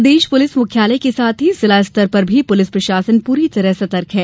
प्रदेश police मुख्यालय के साथ ही जिला स्तर पर भी पुलिस प्रशासन पूरी तरह सतर्क है